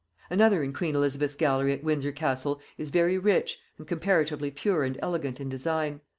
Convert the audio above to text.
another in queen elizabeth's gallery at windsor castle is very rich, and comparatively pure and elegant in design.